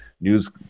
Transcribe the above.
news